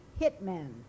hitmen